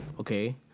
okay